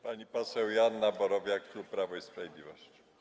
Pani poseł Joanna Borowiak, klub Prawo i Sprawiedliwość.